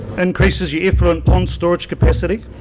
increases your effluent um storage capacity